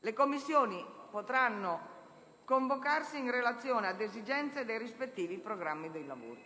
Le Commissioni potranno convocarsi in relazione ad esigenze dei rispettivi programmi dei lavori.